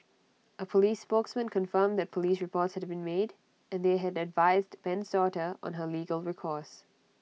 A Police spokesman confirmed that Police reports had been made and they had advised Ben's daughter on her legal recourse